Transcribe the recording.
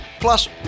Plus